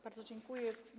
Bardzo dziękuję.